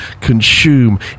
consume